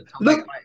look